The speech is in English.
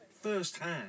firsthand